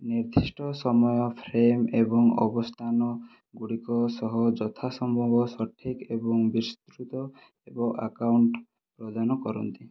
ନିର୍ଦ୍ଦିଷ୍ଟ ସମୟ ଫ୍ରେମ୍ ଏବଂ ଅବସ୍ଥାନଗୁଡ଼ିକ ସହ ଯଥାସମ୍ଭବ ସଠିକ୍ ଏବଂ ବିସ୍ତୃତ ଏକ ଆକାଉଣ୍ଟ ପ୍ରଦାନ କରନ୍ତି